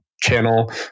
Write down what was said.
channel